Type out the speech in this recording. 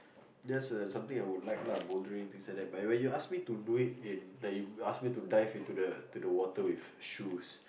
that's a something I would like lah bouldering and things like that but when you ask me to do it in like you ask me to dive into into the water with shoes